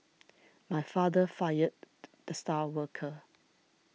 my father fired the star worker